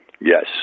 yes